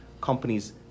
companies